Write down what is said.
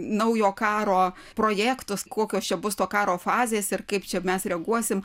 naujo karo projektus kokios čia bus to karo fazės ir kaip čia mes reaguosim